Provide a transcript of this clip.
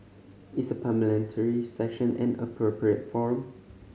is a Parliamentary Session an appropriate forum